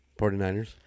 49ers